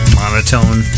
monotone